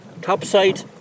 Topside